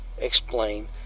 explain